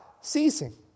ceasing